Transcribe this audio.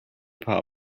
power